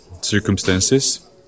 circumstances